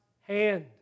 hand